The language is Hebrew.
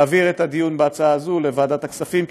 להעביר את הדיון בהצעה הזאת לוועדת הכספים,